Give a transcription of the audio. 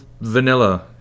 vanilla